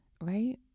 right